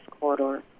corridor